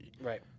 Right